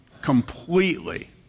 completely